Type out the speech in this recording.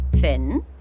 Finn